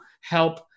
help